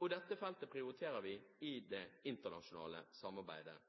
og dette feltet prioriterer vi i det internasjonale samarbeidet